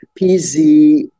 pz